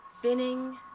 spinning